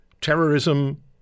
terrorism